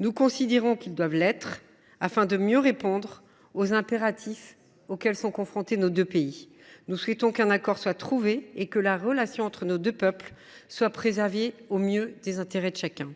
Nous considérons qu’ils doivent l’être, afin de mieux répondre aux impératifs auxquels sont confrontés nos deux pays. Nous souhaitons qu’un accord soit trouvé et que la relation entre nos deux peuples soit préservée, au mieux des intérêts de chacun.